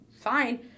fine